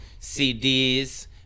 cds